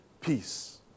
peace